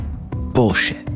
Bullshit